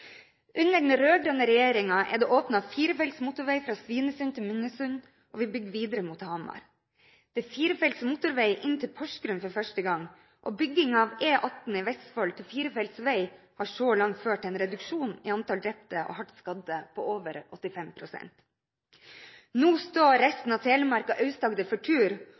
Under den rød-grønne regjeringen er det åpnet firefelts motorvei fra Svinesund til Minnesund, og vi bygger videre mot Hamar. Det er firefelts motorvei inn til Porsgrunn for første gang, og utbyggingen av E18 i Vestfold til firefelts vei har så langt ført til en reduksjon i antall drepte og hardt skadde på over 85 pst. Nå står resten av Telemark og Aust-Agder for tur,